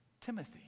Timothy